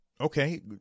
Okay